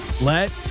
Let